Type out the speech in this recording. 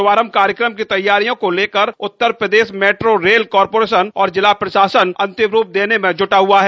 शुभारंभ कार्यक्रम की तैयारियों को लेकर Uttar Pradesh metro rail corporation और जिला प्रशासन अंतिम रूप देने में जुटा हुआ है